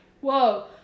whoa